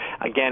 again